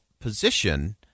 position